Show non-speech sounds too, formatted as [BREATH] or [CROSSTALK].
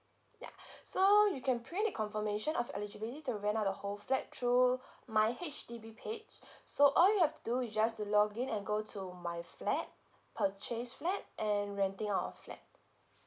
ya [BREATH] so you can print the confirmation of eligibility to rent out the whole flat through [BREATH] my H_D_B page [BREATH] so all you've to do is just to log in and go to my flat purchase flat and renting out a flat